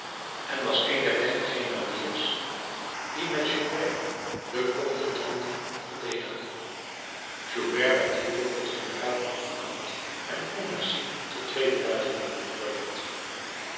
en was een der dertig grenadiers die met joubert den colde tende verdedigden joubert werd hiervoor tot generaal adjudant en pontmercy tot tweeden luitenant bevorderd